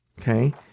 okay